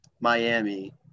Miami